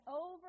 over